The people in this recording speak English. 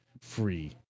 Free